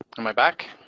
am i back?